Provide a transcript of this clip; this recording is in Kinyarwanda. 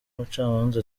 umucamanza